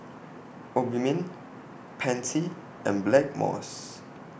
Obimin Pansy and Blackmores